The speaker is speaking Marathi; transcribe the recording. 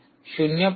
001 लक्स